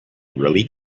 really